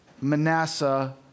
Manasseh